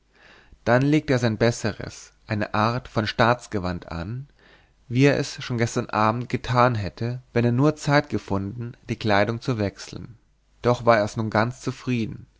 dann legte er sein besseres eine art von staatsgewand an wie er es schon gestern abend getan hätte wenn er nur zeit gefunden die kleidung zu wechseln doch war er's nun ganz zufrieden